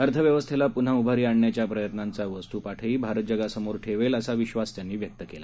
अर्थव्यवस्थेला पुन्हा उभारी आणण्याच्या प्रयत्नांचा वस्तूपाठही भारत जगासमोर ठेवेल असा विश्वास त्यांनी व्यक्त केला